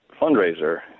fundraiser